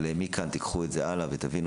אבל מכאן תקחו את זה הלאה ותבינו